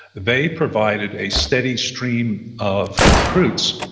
they provided a steady stream of recruits,